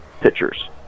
pitchers